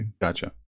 Gotcha